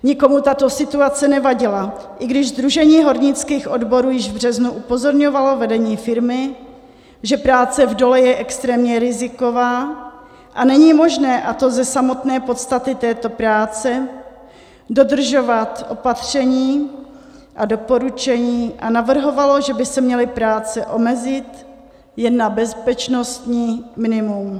Nikomu tato situace nevadila, i když Sdružení hornických odborů již v březnu upozorňovalo vedení firmy, že práce v dole je extrémně riziková a není možné, a to ze samotné podstaty této práce, dodržovat opatření a doporučení, a navrhovalo, že by se měly práce omezit jen na bezpečnostní minimum.